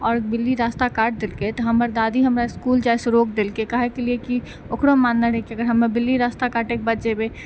आओर बिल्ली रास्ता काटि देलकै तऽ हमर दादी हमरा इसकुल जाइसँ रोकि देलकै काहेके लिए कि ओकरो मानना रहै कि अगर हमे बिल्ली रस्ता काटैके बाद जेबै